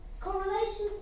Correlations